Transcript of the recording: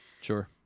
sure